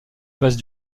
base